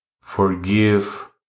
Forgive